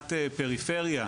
מבחינת פריפריה,